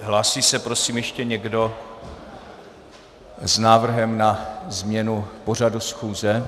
Hlásí se prosím ještě někdo s návrhem na změnu pořadu schůze?